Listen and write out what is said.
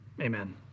Amen